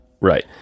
right